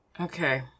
Okay